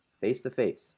face-to-face